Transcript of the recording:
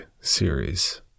series